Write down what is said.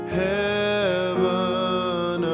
heaven